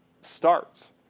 starts